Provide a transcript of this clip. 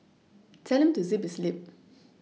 tell him to zip his lip